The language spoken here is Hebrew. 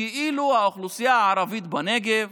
כאילו האוכלוסייה הערבית בנגב